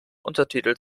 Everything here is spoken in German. untertitel